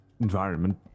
environment